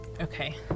Okay